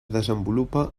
desenvolupa